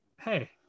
hey